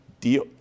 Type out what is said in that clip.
deal